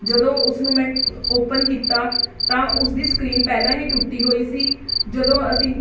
ਜਦੋਂ ਉਸਨੂੰ ਮੈਂ ਓਪਨ ਕੀਤਾ ਤਾਂ ਉਸਦੀ ਸਕਰੀਨ ਪਹਿਲਾਂ ਹੀ ਟੁੱਟੀ ਹੋਈ ਸੀ ਜਦੋਂ ਅਸੀਂ